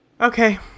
Okay